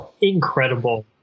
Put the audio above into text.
Incredible